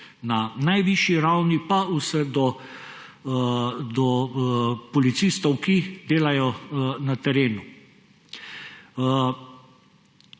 na najvišji ravni pa vse do policistov, ki delajo na terenu.